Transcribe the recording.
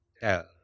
tell